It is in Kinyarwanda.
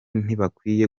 ntibakwiye